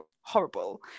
horrible